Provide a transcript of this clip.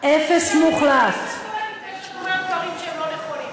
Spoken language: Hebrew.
דברים שהם לא נכונים,